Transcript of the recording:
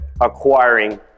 acquiring